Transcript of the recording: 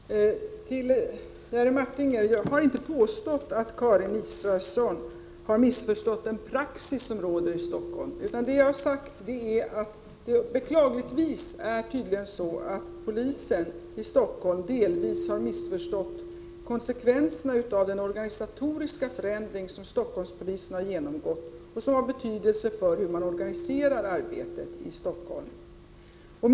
Fru talman! Till Jerry Martinger vill jag säga att jag inte har påstått att Karin Israelsson har missförstått den praxis som råder i Stockholm. Det jag har sagt är att det beklagligtvis tydligen är så att polisen i Stockholm delvis har missförstått konsekvenserna av den organisatoriska förändring som Stockholmspolisen har genomgått och som har betydelse för hur arbetet i Stockholm organiseras.